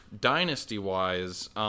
dynasty-wise